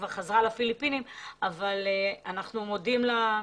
היא כבר חזרה לפיליפינים ואנחנו מודים לה,